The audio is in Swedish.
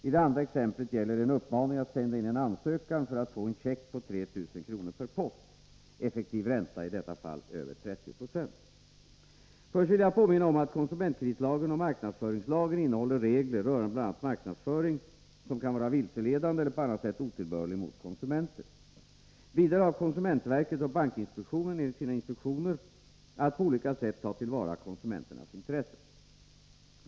I det andra exemplet gäller det en uppmaning att sända in en ansökan för att få en check på 3 000 kr. per post — effektiv ränta över 30 96. Först vill jag påminna om att konsumentkreditlagen och marknadsföringslagen innehåller regler rörande bl.a. marknadsföring som kan vara vilseledande eller på annat sätt otillbörlig mot konsumenter. Vidare har konsumentverket och bankinspektionen enligt sina instruktioner att på olika sätt ta till vara konsumenternas intressen.